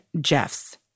Jeffs